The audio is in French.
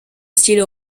style